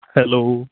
hello